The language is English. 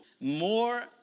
More